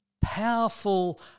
powerful